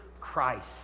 Christ